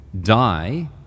die